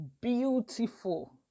beautiful